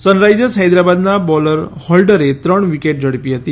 Sunrisers હૈદરાબાદના bowler હોલ્ડરે ત્રણ વિકેટ ઝડપી હતી